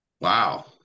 Wow